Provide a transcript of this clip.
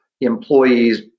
employees